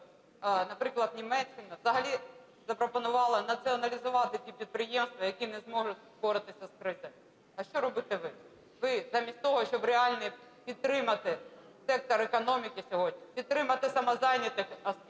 наприклад, Німеччина взагалі запропонувала націоналізувати ті підприємства, які не можуть впоратися з кризою. А що робите ви? Ви, замість того, щоб реально підтримати сектор економіки сьогодні, підтримати самозайнятих осіб,